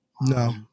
no